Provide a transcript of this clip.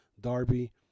Darby